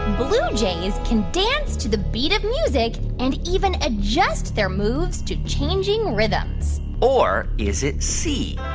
blue jays can dance to the beat of music and even adjust their moves to changing rhythms? or is it c,